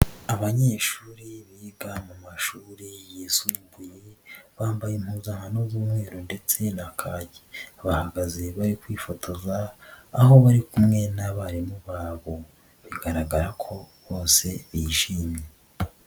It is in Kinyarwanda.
Abanyeshuri biga mu mashuri yisumbuye, bambaye impuzankano z'umweru ndetse na kaki, bahagaze bari kwifotoza aho bari kumwe n'abarimu babo, bigaragara ko bose bishimye.